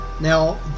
Now